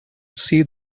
see